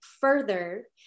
further